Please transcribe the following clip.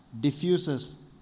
diffuses